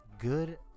Good